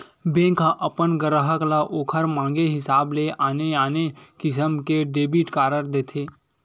bank ह अपन गराहक ल ओखर मांगे हिसाब ले आने आने किसम के डेबिट कारड देथे